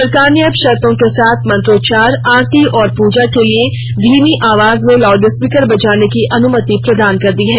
सरकार ने अब शर्तों के साथ मंत्रोचार आरती और पूजा के लिए धीमी आवाज में लाउडस्पीकर बजाने की अनुमति प्रदान कर दी है